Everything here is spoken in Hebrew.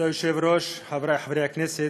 כבוד היושב-ראש, חברי חברי הכנסת,